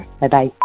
Bye-bye